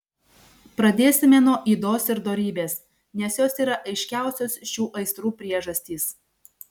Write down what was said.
pradėsime nuo ydos ir dorybės nes jos yra aiškiausios šių aistrų priežastys